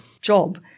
job